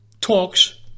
talks